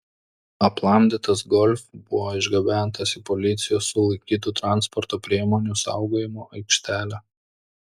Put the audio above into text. aplamdytas golf buvo išgabentas į policijos sulaikytų transporto priemonių saugojimo aikštelę